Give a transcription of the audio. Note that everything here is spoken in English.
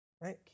right